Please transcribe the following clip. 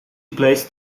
placed